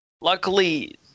Luckily